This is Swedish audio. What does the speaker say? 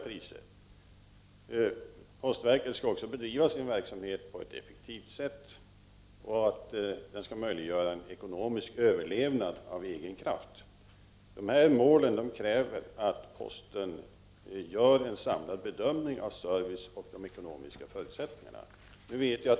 Postverket skall också bedriva sin verksamhet på ett effektivt sätt, så att ekonomisk överlevnad av egen kraft möjliggörs. Dessa mål kräver att posten gör en samlad bedömning av servicen och de ekonomiska förutsättningarna.